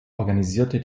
organisierte